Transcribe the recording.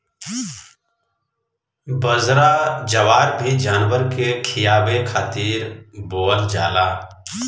बजरा, जवार भी जानवर के खियावे खातिर बोअल जाला